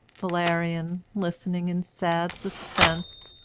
valerian, listening in sad suspense,